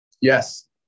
Yes